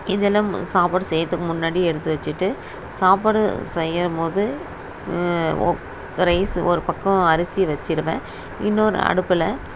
இது எல்லாம் சாப்பாடு செய்கிறத்துக்கு முன்னாடி எடுத்து வச்சுட்டு சாப்பாடு செய்யும்போது ரைஸ் ஒரு பக்கம் அரிசி வச்சுடுவேன் இன்னொரு அடுப்பில்